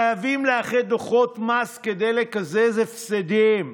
חייבים לאחד דוחות מס כדי לקזז הפסדים.